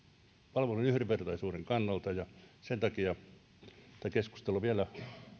palveluiden yhdenvertaisuuden kannalta ja sen takia tätä keskustelua vielä